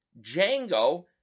django